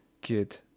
good